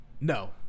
No